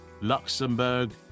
Luxembourg